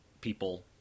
people